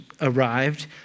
arrived